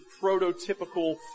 prototypical